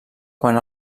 quan